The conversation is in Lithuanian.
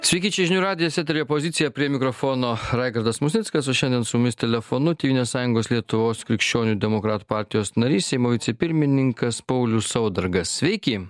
sveiki čia žinių radijas eteryje pozicija prie mikrofono raigardas musnickas o šiandien su mumis telefonu tėvynės sąjungos lietuvos krikščionių demokratų partijos narys seimo vicepirmininkas paulius saudargas sveiki